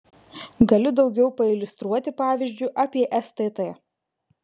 galiu daugiau pailiustruoti pavyzdžiu apie stt